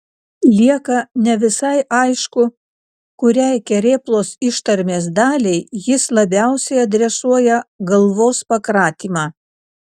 lieka ne visai aišku kuriai kerėplos ištarmės daliai jis labiausiai adresuoja galvos pakratymą